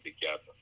together